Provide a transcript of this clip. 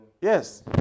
Yes